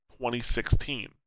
2016